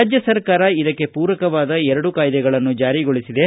ರಾಜ್ಯ ಸರ್ಕಾರ ಇದಕ್ಕೆ ಪೂರಕವಾದ ಎರಡು ಕಾಯ್ದೆಗಳನ್ನು ಜಾರಿಗೊಳಿಸಿದೆ